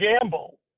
gamble